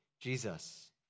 Jesus